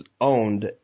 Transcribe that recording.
owned